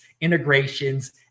integrations